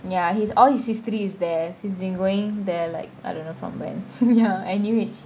ya he's all his history is there he's been going there like I don't know from when ya N_U_H